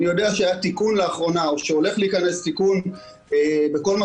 אני יודע שלאחרונה היה תיקון או שעומד להיכנס תיקון בכל מה